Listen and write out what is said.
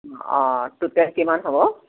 অঁ টুটেল কিমান হ'ব